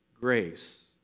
grace